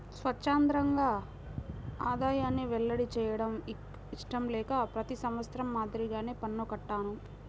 స్వఛ్చందంగా ఆదాయాన్ని వెల్లడి చేయడం ఇష్టం లేక ప్రతి సంవత్సరం మాదిరిగానే పన్ను కట్టాను